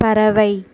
பறவை